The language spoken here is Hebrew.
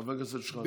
חבר הכנסת שחאדה.